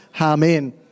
Amen